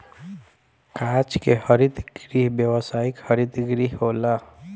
कांच के हरित गृह व्यावसायिक हरित गृह होला